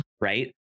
Right